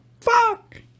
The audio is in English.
Fuck